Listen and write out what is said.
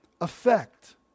effect